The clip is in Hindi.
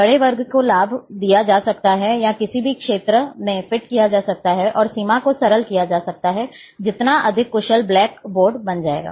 बड़े वर्ग को लाभ दिया जा सकता है या किसी भी क्षेत्र में फिट किया जा सकता है और सीमा को सरल किया जाएगा जितना अधिक कुशल ब्लैक बोर्ड बन जाएगा